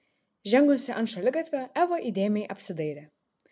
žengusi ant šaligatvio eva įdėmiai apsidairė